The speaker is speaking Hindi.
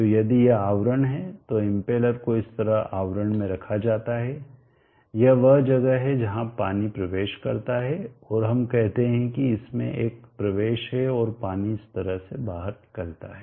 तो यदि यह आवरण है तो इम्पेलर को इस तरह आवरण में रखा जाता है यह वह जगह है जहां पानी प्रवेश करता है और हम कहते हैं कि इसमें एक प्रवेश है और पानी इस तरह से बाहर निकलता है